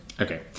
Okay